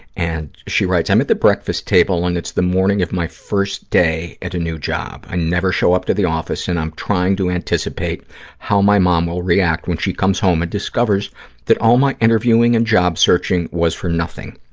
and she writes, i'm at the breakfast table and it's the morning of my first day at a new job. i never show up to the office and i'm trying to anticipate how my mom will react when she comes home and discovers that all my interviewing and job searching was for nothing.